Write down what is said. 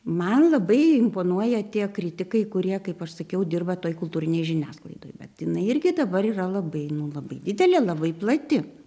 man labai imponuoja tie kritikai kurie kaip aš sakiau dirba toj kultūrinėj žiniasklaidoj bet jinai irgi dabar yra labai nu labai didelė labai plati